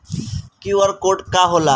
QR code का होला?